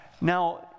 Now